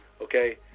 okay